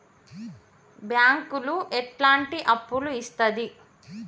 బ్యాంకులు ఎట్లాంటి అప్పులు ఇత్తది?